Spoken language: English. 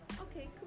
Okay